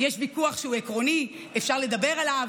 יש ויכוח שהוא עקרוני, ואפשר לדבר עליו.